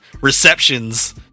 receptions